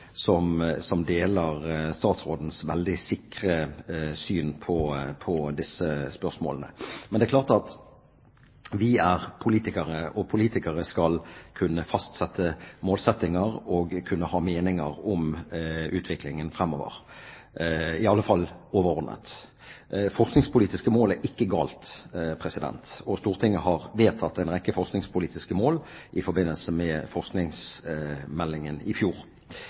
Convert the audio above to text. deler statsrådens veldig sikre syn på disse spørsmålene. Men det er klart at vi er politikere, og politikere skal kunne fastsette målsettinger og kunne ha meninger om utviklingen framover, i alle fall overordnet. Forskningspolitiske mål er ikke galt, og Stortinget vedtok en rekke forskningspolitiske mål i forbindelse med forskningsmeldingen i fjor.